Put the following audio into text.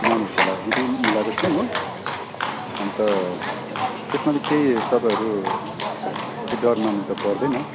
नानीहरूको लागि मिलाएको छौँ हो अन्त त्यसमा त केही तपाईँहरू डर मान्नु त पर्दैन